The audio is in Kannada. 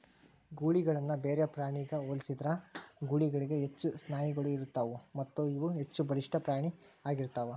ಗೂಳಿಗಳನ್ನ ಬೇರೆ ಪ್ರಾಣಿಗ ಹೋಲಿಸಿದ್ರ ಗೂಳಿಗಳಿಗ ಹೆಚ್ಚು ಸ್ನಾಯುಗಳು ಇರತ್ತಾವು ಮತ್ತಇವು ಹೆಚ್ಚಬಲಿಷ್ಠ ಪ್ರಾಣಿ ಆಗಿರ್ತಾವ